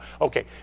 Okay